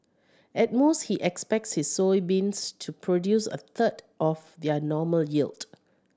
at most he expects his soybeans to produce a third of their normal yield